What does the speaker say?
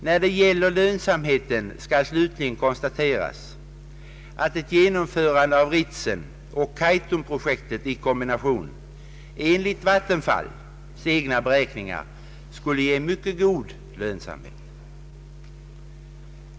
När det gäller lönsamheten skall slutligen konstateras, att ett genomförande av Ritsemoch Kaitumprojekten i kombination enligt Vattenfalls egna beräkningar skulle ge mycket god lönsamhet.